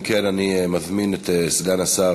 אם כן, אני מזמין את סגן השר